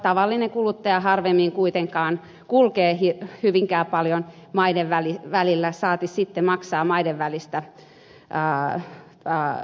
tavallinen kuluttaja harvemmin kuitenkaan kulkee kovinkaan paljon maiden välillä saati sitten maksaa maiden välisiä maksuja